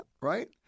Right